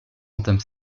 entame